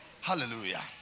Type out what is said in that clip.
Hallelujah